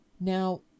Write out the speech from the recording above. Now